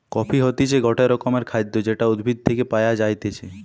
coffee হতিছে গটে রকমের খাদ্য যেটা উদ্ভিদ থেকে পায়া যাইতেছে